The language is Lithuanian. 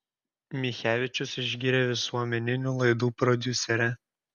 michevičius išgyrė visuomeninių laidų prodiuserę